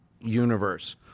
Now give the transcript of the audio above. universe